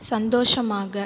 சந்தோஷமாக